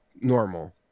normal